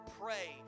pray